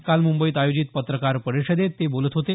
काल मुंबईत आयोजित पत्रकार परिषदेत ते बोलत होते